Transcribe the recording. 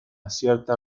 cierta